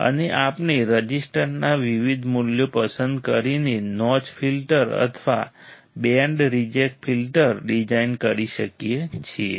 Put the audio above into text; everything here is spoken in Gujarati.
અને આપણે રઝિસ્ટરના વિવિધ મૂલ્યો પસંદ કરીને નોચ ફિલ્ટર અથવા બેન્ડ રિજેક્ટ ફિલ્ટર ડિઝાઇન કરી શકીએ છીએ